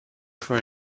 for